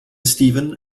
stephen